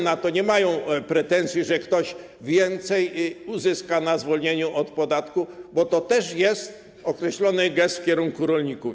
Nie mają pretensji, że ktoś więcej uzyska na zwolnieniu od podatku, bo to też jest określony gest w kierunku rolników.